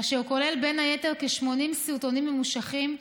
אשר כולל בין היתר כ-80 סרטונים ממושכים,